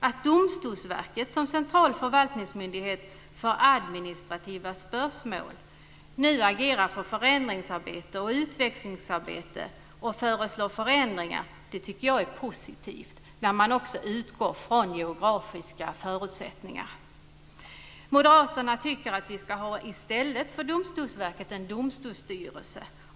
Att Domstolsverket som central förvaltningsmyndighet för administrativa spörsmål nu utgår från geografiska förutsättningar och agerar för förändrings och utvecklingsarbete tycker jag är positivt. Moderaterna tycker att vi i stället för Domstolsverket ska ha en domstolsstyrelse.